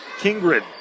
Kingred